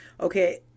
Okay